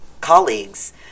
colleagues